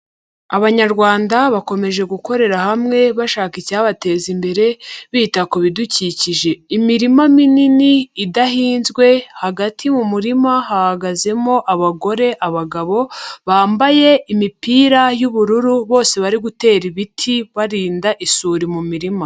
Abanyarwanda bakomeje gukorera hamwe, bashaka icyabateza imbere, bita ku bidukikije. Imirima minini, idahinzwe, hagati mu murima hahagazemo abagore, abagabo, bambaye imipira y'ubururu, bose bari gutera ibiti, barinda isuri mu mirima.